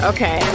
Okay